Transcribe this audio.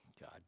God